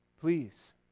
Please